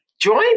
join